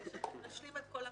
כדי להשלים את כל המשימות.